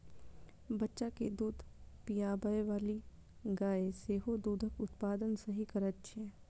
बच्चा के दूध पिआबैबाली गाय सेहो दूधक उत्पादन सही करैत छै